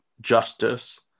justice